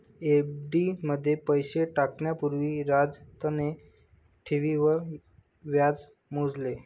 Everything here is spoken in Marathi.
एफ.डी मध्ये पैसे टाकण्या पूर्वी राजतने ठेवींवर व्याज मोजले